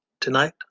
tonight